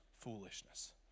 foolishness